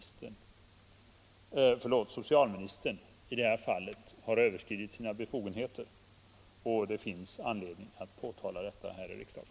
Socialministern har kort sagt överskridit sina befogenheter, och det finns anledning att påtala detta här i riksdagen.